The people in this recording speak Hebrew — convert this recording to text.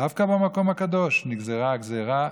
דווקא במקום הקדוש נגזרה הגזרה,